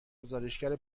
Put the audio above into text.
گزارشگر